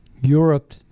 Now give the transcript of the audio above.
Europe